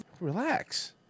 Relax